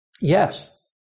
Yes